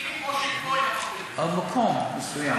ספציפיים או מקום מסוים?